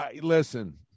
Listen